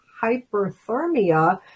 hyperthermia